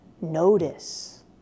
notice